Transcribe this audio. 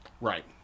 Right